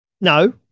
No